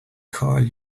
call